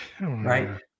Right